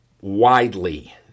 widely